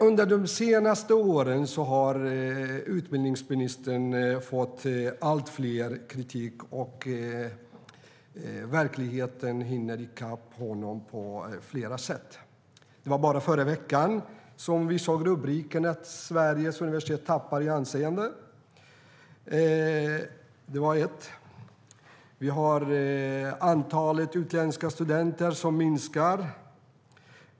Under de senaste åren har utbildningsministern fått alltmer kritik. Verkligheten hinner i kapp honom på flera sätt. Förra veckan såg vi en rubrik om att Sveriges universitet tappar i anseende. Antalet utländska studenter minskar.